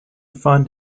fund